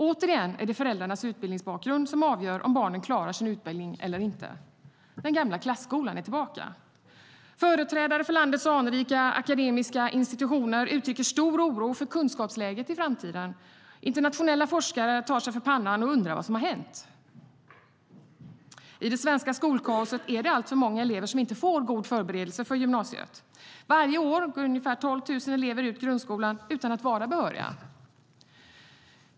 Återigen är det föräldrarnas utbildningsbakgrund som avgör om barnen klarar sin utbildning eller inte. Den gamla klasskolan är tillbaka. Företrädare för landets anrika akademiska institutioner uttrycker stor oro för kunskapsläget i framtiden. Internationella forskare tar sig för pannan och undrar vad som hänt. I det svenska skolkaoset är det alltför många elever som inte får en god förberedelse för gymnasiet. Varje år går ungefär 12 000 elever ut grundskolan utan att vara behöriga till gymnasiet.